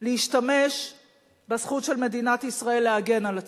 להשתמש בזכות של מדינת ישראל להגן על עצמה.